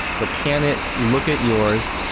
but can it look at yours,